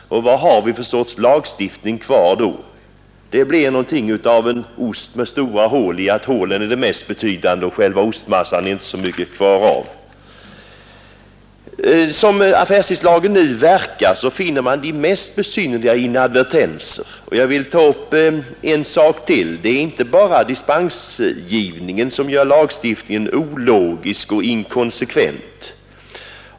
Vad har vi för sorts lagstiftning kvar då? Det blir någonting av en ost med så stora hål i att hålen är det mest betydande medan det inte är så mycket kvar av själva ostmassan. Som affärstidslagen nu verkar finner man de mest besynnerliga inadvertenser. Det är inte bara dispensgivningen som gör lagstiftningen ologisk och inkonsekvent.